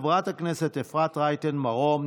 חברת הכנסת אפרת רייטן מרום,